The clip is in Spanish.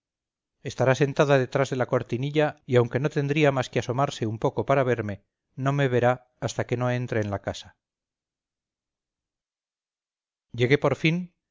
estará sentada detrás de la cortinilla y aunque no tendría más que asomarse un poco para verme no me verá hasta que no entre en la casa llegué por fin